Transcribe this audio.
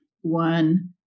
one